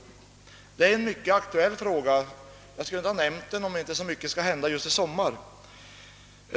Detta är en mycket aktuell fråga. Jag skulle inte ha nämnt den, om inte så mycket skall hända just i sommar.